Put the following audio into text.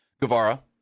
Guevara